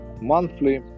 monthly